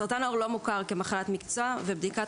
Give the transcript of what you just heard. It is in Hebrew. סרטן העור לא מוכר כמחלת מקצוע ובדיקת